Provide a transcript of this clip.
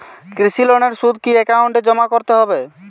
কৃষি লোনের সুদ কি একাউন্টে জমা করতে হবে?